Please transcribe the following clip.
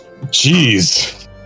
Jeez